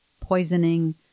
poisoning